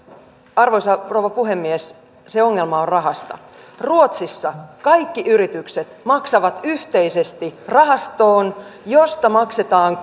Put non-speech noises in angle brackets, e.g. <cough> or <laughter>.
arvoisa rouva puhemies se ongelma on rahassa ruotsissa kaikki yritykset maksavat yhteisesti rahastoon josta maksetaan <unintelligible>